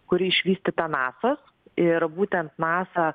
kuri išvystyta nasos ir būtent nasa